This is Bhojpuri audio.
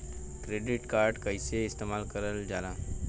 क्रेडिट कार्ड कईसे इस्तेमाल करल जाला?